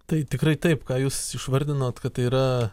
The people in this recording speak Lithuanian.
tai tikrai taip ką jūs išvardinot kad tai yra